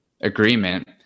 agreement